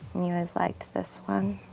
you always liked this one.